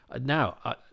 Now